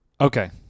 Okay